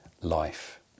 life